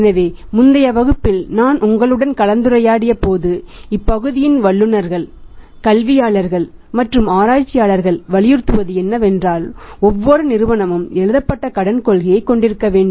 எனவே முந்தைய வகுப்பில் நான் உங்களுடன் கலந்துரையாடியபோது இப்பகுதியின் வல்லுநர்கள் கல்வியாளர்கள் மற்றும் ஆராய்ச்சியாளர்கள் வலியுறுத்துவது என்னவென்றால் ஒவ்வொரு நிறுவனமும் எழுதப்பட்ட கடன் கொள்கையை கொண்டிருக்க வேண்டும்